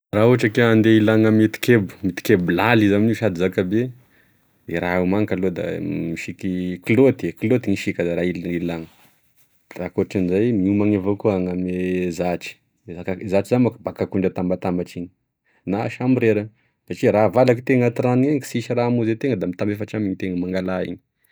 Raha ohatry k'iah ande ilagno ame tikebo- mitikebo laly izy amin'io sady zakabe e raha homaniko aloha da misiky klôty klôty gn'hisiky zany raha hilano da akotran'izay miomagne avao koa hanany zatry zaka- zatry zany monko bakakondro atambatambatriny na sambrera satria raha valaky itena anaty rano iny sisy raha amonzy atena da mitabefatra aminy itena mangala aina.